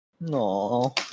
No